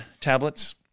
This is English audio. tablets